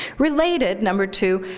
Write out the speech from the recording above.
related, number two,